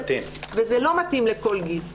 וזה לא מתאים לכל גיל,